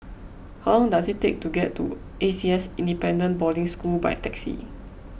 how long does it take to get to A C S Independent Boarding School by taxi